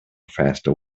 faster